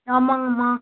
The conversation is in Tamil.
ஆமாங்கமா